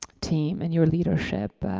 team and your leadership.